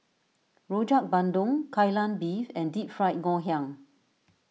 Rojak Bandung Kai Lan Beef and Deep Fried Ngoh Hiang